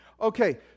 Okay